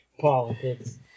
politics